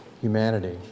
humanity